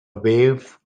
wave